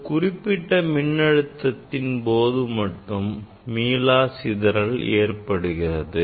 ஒரு குறிப்பிட்ட மின்னழுத்தத்தின் போது மட்டும் மீளா சிதறல் ஏற்படுகிறது